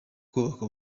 kubaka